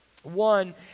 One